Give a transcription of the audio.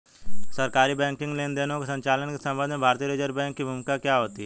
सरकारी बैंकिंग लेनदेनों के संचालन के संबंध में भारतीय रिज़र्व बैंक की भूमिका क्या होती है?